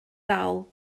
dal